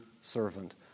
servant